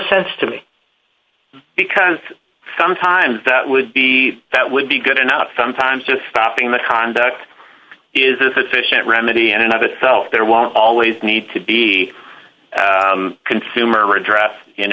sense to me because sometimes that would be that would be good enough sometimes just stopping the conduct is this efficient remedy in and of itself there was always need to be consumer address in